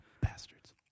Bastards